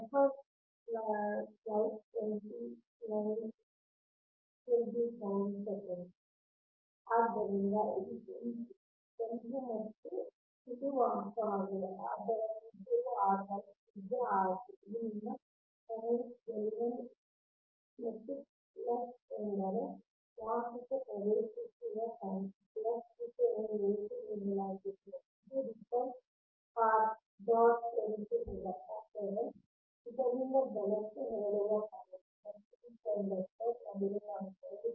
slide ಸಮಯವನ್ನು ನೋಡಿ 2927 ಆದ್ದರಿಂದ ಇದು ಕೆಂಪು ಕೆಂಪು ಇದು ಮತ್ತೊಂದು ವಾಹಕವಾಗಿದೆ ಅದರ ತ್ರಿಜ್ಯವು r 1 ತ್ರಿಜ್ಯ r 2 ಇದು ನಿಮ್ಮ ಕರೆಂಟ್ I 1 ಮತ್ತು ಪ್ಲಸ್ ಎಂದರೆ ವಾಹಕಕ್ಕೆ ಪ್ರವೇಶಿಸುವ ಕರೆಂಟ್ ಪ್ಲಸ್ ವಿಷಯವನ್ನು ಏಕೆ ನೀಡಲಾಗಿದೆ ಇದು ರಿಟರ್ನ್ ಪಾಥ್ ಡಾಟ್ ತೋರಿಸುತ್ತಿದೆ ಅಂದರೆ ಪುಟದಿಂದ ಬಲಕ್ಕೆ ಹೊರಡುವ ಕರೆಂಟ್ ಮತ್ತು ಈ 2 ಕಂಡಕ್ಟರ್ ನಡುವಿನ ಅಂತರವು D